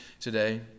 today